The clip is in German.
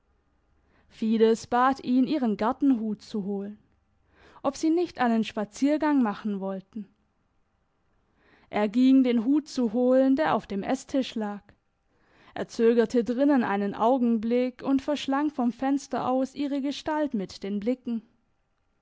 fides bat ihn ihren gartenhut zu holen ob sie nicht einen spaziergang machen wollten er ging den hut zu holen der auf dem esstisch lag er zögerte drinnen einen augenblick und verschlang vom fenster aus ihre gestalt mit den blicken